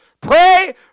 pray